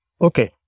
okay